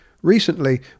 Recently